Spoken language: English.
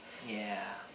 ya